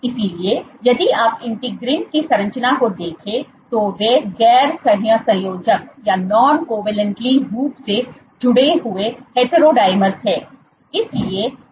इसलिए यदि आप इंटीग्रीन की संरचना को देखें तो वे गैर सहसंयोजक रूप से जुड़े हुए हेट्रोडिमर्स हैं